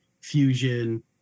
fusion